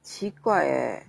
奇怪 eh